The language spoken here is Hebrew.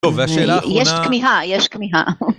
טוב, והשאלה האחרונה... יש כמיהה, יש כמיהה.